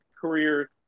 career